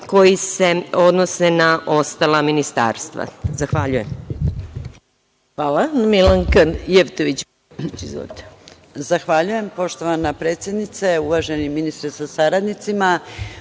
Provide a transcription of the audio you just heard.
koji se odnose na ostala ministarstva. Zahvaljujem.